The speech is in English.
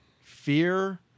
fear